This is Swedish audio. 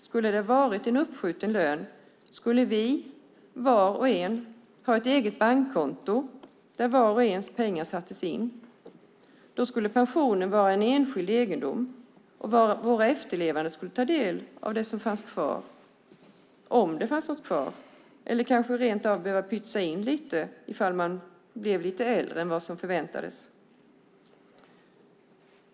Skulle det ha varit en uppskjuten lön skulle vi var och en ha ett eget bankkonto där vars och ens pengar sattes in. Då skulle pensionen vara enskild egendom och våra efterlevande skulle få ta del av det som fanns kvar, om det fanns något kvar, eller kanske rentav behöva pytsa in lite om pensionären blev lite äldre än vad som förväntades.